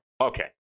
Okay